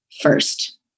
first